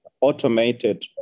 automated